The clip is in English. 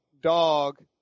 dog